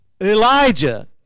Elijah